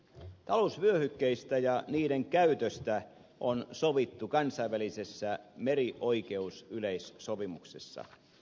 talousvyöhykkeistä ja niiden käytöstä on sovittu kansainvälisessä merioikeusyleissopimuksessa